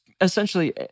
essentially